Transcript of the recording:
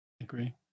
agree